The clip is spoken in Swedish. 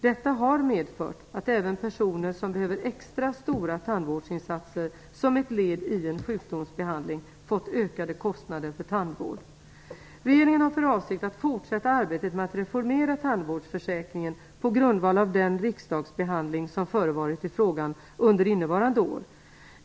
Detta har medfört att även personer som behöver extra stora tandvårdsinsatser som ett led i en sjukdomsbehandling fått ökade kostnader för tandvård. Regeringen har för avsikt att fortsätta arbetet med att reformera tandvårdsförsäkringen på grundval av den riskdagsbehandling som förevarit i frågan under innevarande år.